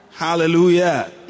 Hallelujah